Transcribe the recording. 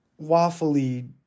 waffly